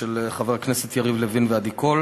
של חברי הכנסת יריב לוין ועדי קול.